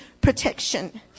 protection